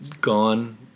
gone